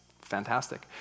fantastic